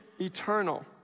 eternal